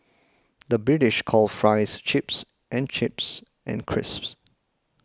the British calls Fries Chips and chips and crisps